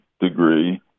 degree